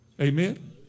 Amen